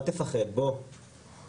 לצערי, בגישה הרשמית נכתב כי הלכתי